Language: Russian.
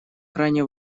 крайне